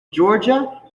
georgia